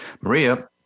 Maria